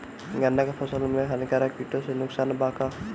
गन्ना के फसल मे हानिकारक किटो से नुकसान बा का?